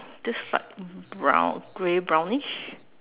this side brown gray brownish